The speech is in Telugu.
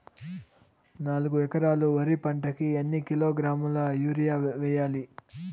నాలుగు ఎకరాలు వరి పంటకి ఎన్ని కిలోగ్రాముల యూరియ వేయాలి?